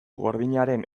gordinaren